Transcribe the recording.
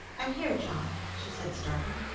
i'm here, john! she said, starting.